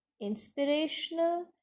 inspirational